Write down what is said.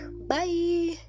bye